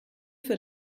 für